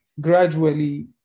gradually